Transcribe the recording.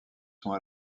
sont